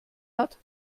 hat